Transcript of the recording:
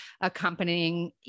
accompanying